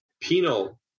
penal